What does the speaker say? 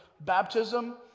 baptism